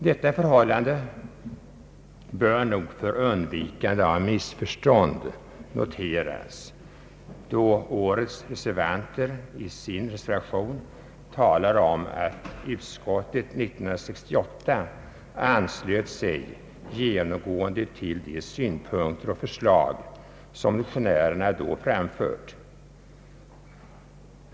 Detta förhållande bör för undvikande av missförstånd noteras, då årets reservanter i sin reservation talar om att utskottet 1968 anslöt sig genomgående till de synpunkter och förslag som motionärerna då framfört.